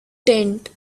tent